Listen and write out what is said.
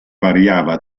variava